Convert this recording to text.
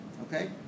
okay